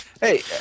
Hey